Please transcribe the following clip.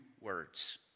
words